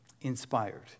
inspired